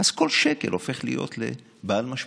אני בטוח שהרב גפני זוכר אותו בעל פה,